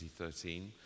2013